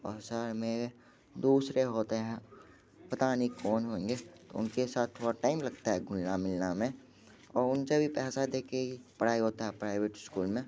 और शहर में दूसरे होते हैं पता नहीं कौन होएंगे उनके साथ थोड़ा टाइम लगता है घुलना मिलना में और उनसे भी पैसा दे के ही पढ़ाई होता है प्राइवेट इस्कूल में